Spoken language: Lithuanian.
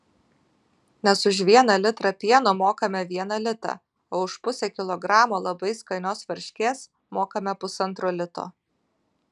nes už vieną litrą pieno mokame vieną litą o už pusę kilogramo labai skanios varškės mokame pusantro lito